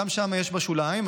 גם שם יש בשוליים,